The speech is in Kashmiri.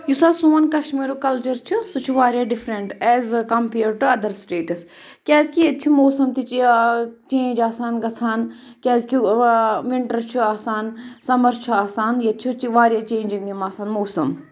یُس حظ سون کَشمیٖرُک کَلچَر چھُ سُہ چھُ واریاہ ڈِفرَنٛٹہٕ as compared to other states کیٛازِکہِ ییٚتہِ چھِ موسم تہِ چینٛج آسان گژھان کیٛازِکہِ وِنٹَر چھُ آسان سَمَر چھُ آسان ییٚتہِ چھُ واریاہ چینٛجِنٛگ یِم آسان موسم